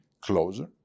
closer